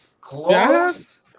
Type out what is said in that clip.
Close